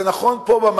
זה נכון פה,